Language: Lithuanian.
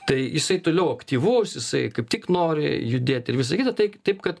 tai jisai toliau aktyvus jisai kaip tik nori judėti ir visa kita tai taip kad